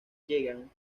llegan